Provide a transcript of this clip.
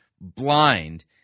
blind